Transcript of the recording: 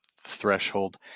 threshold